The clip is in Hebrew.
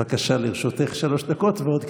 בבקשה, לרשותך שלוש דקות ועוד קצת.